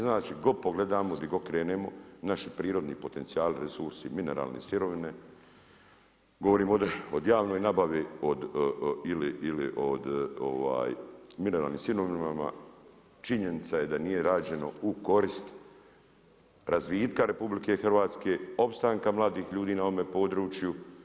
Znači gdje god pogledamo, gdje god krenemo naši prirodni potencijali, resursi, mineralne sirovine govorimo ovdje o javnoj nabavi ili o mineralnim sirovinama činjenica je da nije rađeno u korist razvitka RH, opstanka mladih ljudi na ovome području.